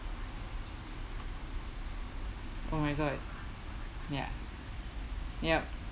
oh my god ya yup